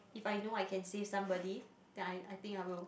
if I know I can save somebody then I I think I will